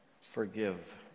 forgive